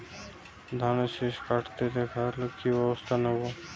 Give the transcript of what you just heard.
ধানের শিষ কাটতে দেখালে কি ব্যবস্থা নেব?